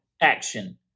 action